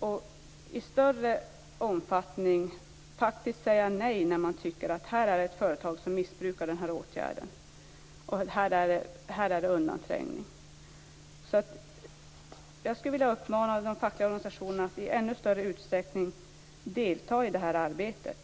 och i större omfattning faktiskt säga nej när man tycker att ett företag missbrukar en åtgärd eller att det är fråga om undanträngning. Jag skulle vilja uppmana de fackliga organisationerna att i ännu större utsträckning delta i det här arbetet.